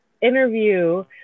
interview